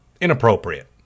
Inappropriate